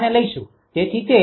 તેથી તે 𝑄𝐶338kVAr છે